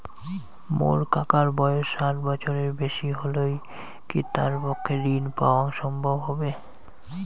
মোর কাকার বয়স ষাট বছরের বেশি হলই কি তার পক্ষে ঋণ পাওয়াং সম্ভব হবি?